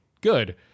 good